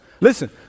Listen